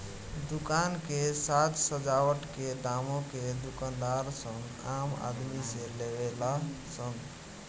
दुकान के साज सजावट के दामो के दूकानदार सन आम आदमी से लेवे ला सन